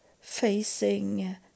facing